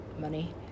money